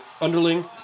underling